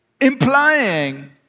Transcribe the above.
Implying